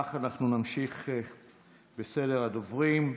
אנחנו נמשיך בסדר הדוברים.